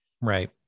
Right